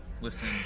Listen